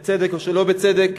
בצדק או שלא בצדק,